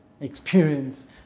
experience